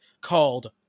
called